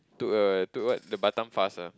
took a took what Batam fast ah